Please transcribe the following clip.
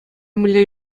мӗнле